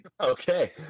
Okay